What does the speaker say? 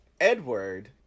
Edward